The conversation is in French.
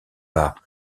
pas